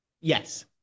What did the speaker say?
Yes